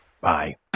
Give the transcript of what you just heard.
Bye